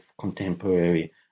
contemporary